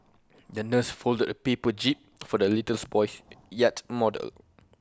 the nurse folded A paper jib for the litters boy's yacht model